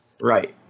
Right